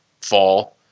fall